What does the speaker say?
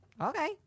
Okay